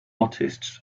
artists